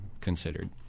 considered